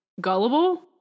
gullible